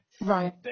Right